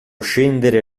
scendere